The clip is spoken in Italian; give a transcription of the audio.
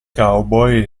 cowboy